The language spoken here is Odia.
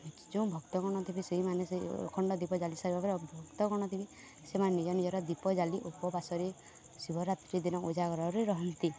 ଯେଉଁ ଭକ୍ତଗଣ ଥିବେ ସେଇମାନେ ସେ ଅଖଣ୍ଡ ଦୀପ ଜାଳି ସାରିବା ପରେ ଭକ୍ତଗଣ ଥିବେ ସେମାନେ ନିଜ ନିଜର ଦୀପ ଜାଳି ଉପବାସରେ ଶିବରାତ୍ରି ଦିନ ଉଜାଗରରେ ରହନ୍ତି